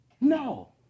No